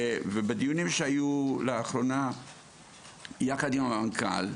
ובדיונים שהיו לאחרונה יחד עם המנכ"ל,